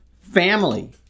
family